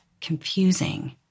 confusing